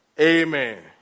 Amen